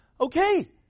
okay